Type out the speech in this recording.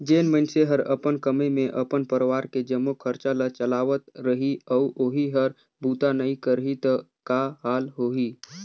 जेन मइनसे हर अपन कमई मे अपन परवार के जम्मो खरचा ल चलावत रही अउ ओही हर बूता नइ करही त का हाल होही